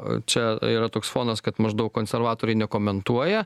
čia yra toks fonas kad maždaug konservatoriai nekomentuoja